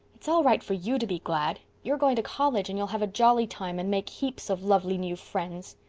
it's all right for you to be glad. you're going to college and you'll have a jolly time and make heaps of lovely new friends.